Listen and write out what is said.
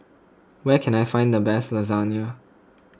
where can I find the best Lasagne